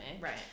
Right